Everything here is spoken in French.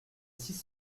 six